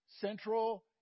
Central